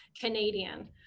Canadian